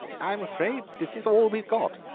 i am afraid this is all we've got,